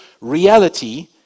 reality